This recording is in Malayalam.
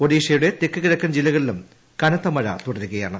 ഒഡീഷയുടെ തെക്ക് കിഴക്കൻ ജില്ലകളിലും കനത്ത മഴ തുടരുന്നു